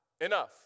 enough